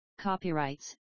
copyrights